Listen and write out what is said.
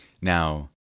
Now